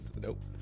Nope